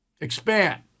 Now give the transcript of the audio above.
expand